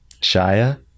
Shia